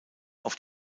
auf